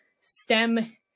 STEM